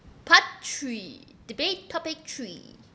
part three debate topic three